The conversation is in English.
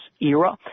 era